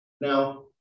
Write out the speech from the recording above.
Now